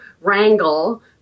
wrangle